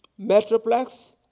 Metroplex